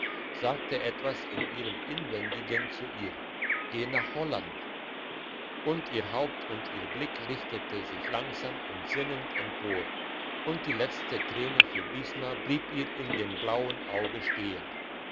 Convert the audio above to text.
sagte etwas in ihrem inwendigen zu ihr geh nach holland und ihr haupt und ihr blick richtete sich langsam und sinnend empor und die letzte träne für diesmal blieb ihr in dem blauen auge stehen